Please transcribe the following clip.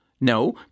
No